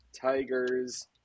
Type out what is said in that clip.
Tigers